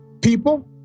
people